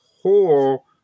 whole